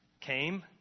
came